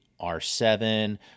R7